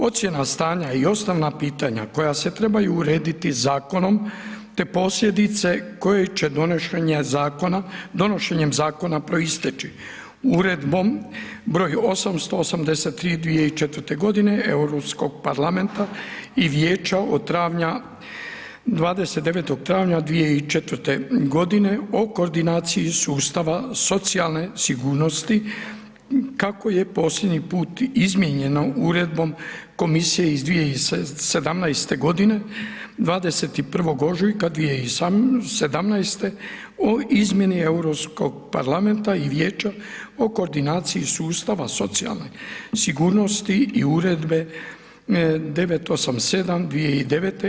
Ocjena stanja i osnovna pitanja, koja se trebaju urediti zakonom, te posljedice koje će donošenjem zakona proisteći uredbom broj 883. 2004. godine Europskog parlamenta i Vijeća od travnja 29. travnja 2004. o koordinaciji sustava socijalne sigurnosti, kako je posljednji put izmijenjeno uredbom Komisije iz 2017. g. 21. ožujka 2017. o izmjeni Europskog parlamenta i Vijeća o koordinaciji sustava socijalne sigurnosti i Uredbe 987/2009.